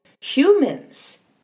humans